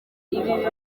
ibi